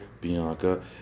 Bianca